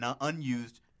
Unused